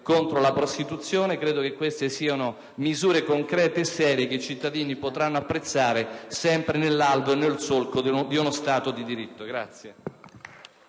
la prostituzione: credo che queste siano misure concrete e serie che i cittadini potranno apprezzare, sempre nell'alveo e nel solco di uno Stato di diritto.